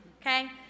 okay